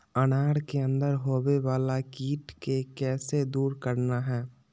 अनार के अंदर होवे वाला कीट के कैसे दूर करना है?